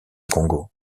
congo